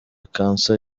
cancer